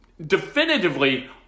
definitively